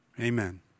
Amen